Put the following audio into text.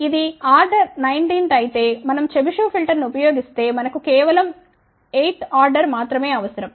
ఇది ఆర్డర్ 19 అయితే మనం చెబిషెవ్ ఫిల్టర్ ను ఉపయోగిస్తే మనకు కేవలం 8 వ ఆర్డర్ మాత్రమే అవసరం